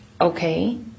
Okay